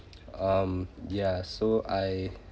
um ya so I